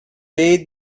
bade